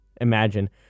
Imagine